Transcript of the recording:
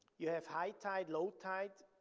you have high tide, low tide